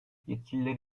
yetkililer